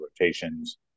rotations